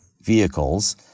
vehicles